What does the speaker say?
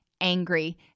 angry